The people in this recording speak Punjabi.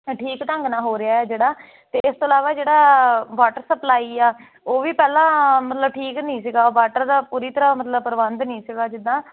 ਠੀਕ ਢੰਗ ਨਾਲ ਹੋ ਰਿਹਾ ਜਿਹੜਾ ਅਤੇ ਇਸ ਤੋਂ ਇਲਾਵਾ ਜਿਹੜਾ ਵਾਟਰ ਸਪਲਾਈ ਆ ਉਹ ਵੀ ਪਹਿਲਾਂ ਮਤਲਬ ਠੀਕ ਨਹੀਂ ਸੀਗਾ ਵਾਟਰ ਦਾ ਪੂਰੀ ਤਰ੍ਹਾਂ ਮਤਲਬ ਪ੍ਰਬੰਧ ਨਹੀਂ ਸੀਗਾ ਜਿੱਦਾਂ